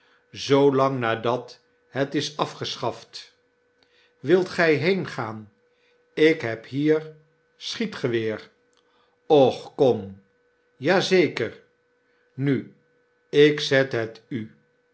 nadat het is afgeschaft wilt gy heengaan ik heb hier schietgeweer och kom ja zeker nu ik zet het u